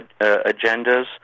agendas